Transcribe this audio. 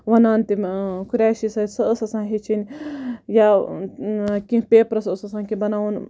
وَنان تِم قریشی سۭتۍ سۄ ٲس آسان ہیٚچھٕنۍ یا کینٛہہ پیپرَس اوس آسان کینٛہہ بَناوُن